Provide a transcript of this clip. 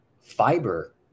fiber